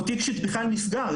או תיק שבכלל נסגר.